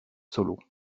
solo